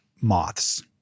moths